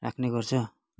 राख्ने गर्छ